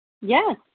Yes